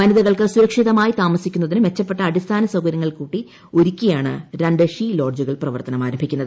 വനിതകൾക്ക് സുരക്ഷിതമായി താമസിക്കുന്നതിന് മെച്ചപ്പെട്ട അടിസ്ഥാന സൌകര്യങ്ങൾകൂടി ഒരുക്കിയാണ് രണ്ട് ഷീ ലോഡ്ജുകൾ പ്രവർത്തനം ആരംഭിക്കുന്നത്